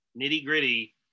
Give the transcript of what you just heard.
nitty-gritty